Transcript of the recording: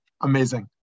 amazing